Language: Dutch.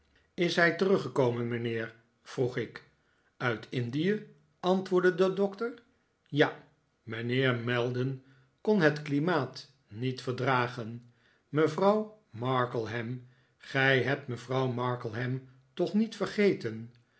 is hij teruggekomen mijnheer vroeg ik uit indie antwoordde de doctor ja mijnheer maldon kon het klimaat niet verdragen mevrouw markleham gij hebt mevrouw markleham toch niet vergeten